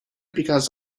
because